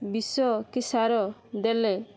ବିଷ କି ସାର ଦେଲେ